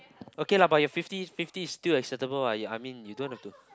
okay lah but your fifty fifty is still acceptable what I mean you don't have to